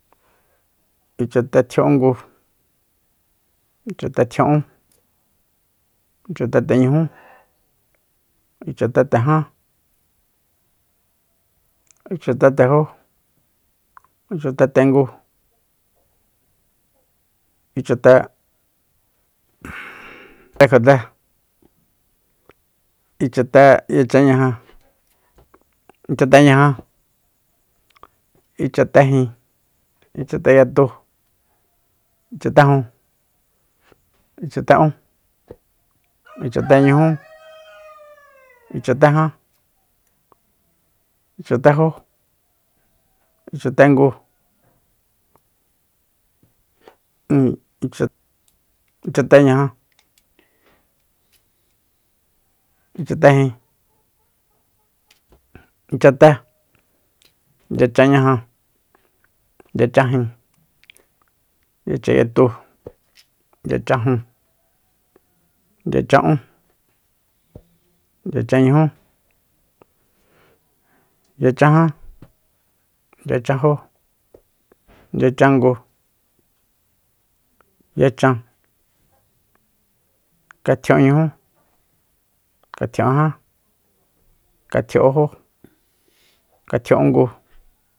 Ichatetjia'ungu ichate tjia'ún ichateteñujú ichatetejan ichatetejó ichatetengu ichate- ichatekjote ichateyachañaja ichateñaja ichatejin ichateyatu ichatejun ichate'ún ichateñujú ichatejan ichatejó ichatengu ichateñaja ichatejin ichate yachanñaja yachanjin yachanyatu yachajun yacha'ún yachanñujú yachajan yachanjo yayachangu yachan katjia'unñujú katjia'unjan katjia'unjó katjia'ungu